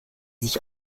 sich